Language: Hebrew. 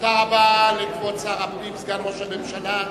תודה רבה לכבוד שר הפנים, סגן ראש הממשלה.